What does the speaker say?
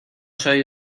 soy